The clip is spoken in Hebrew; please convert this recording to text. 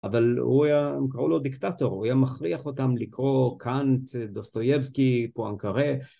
אבל הם קראו לו דיקטטור, הוא היה מכריח אותם לקרוא קאנט, דוסטרייבסקי, פואנקרף.